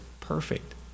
perfect